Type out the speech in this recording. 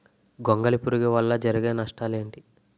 గొంగళి పురుగు వల్ల జరిగే నష్టాలేంటి?